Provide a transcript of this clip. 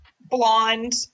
blonde